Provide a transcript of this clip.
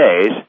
days